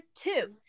two